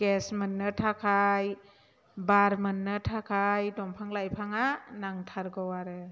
gas मोननो थाखाय बार मोननो थाखाय दंफां लाइफाङा नांथारगौ आरो